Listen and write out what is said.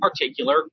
particular